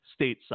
stateside